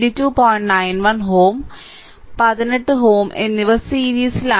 91 Ω 18 18Ω എന്നിവ സീരീസിലാണ്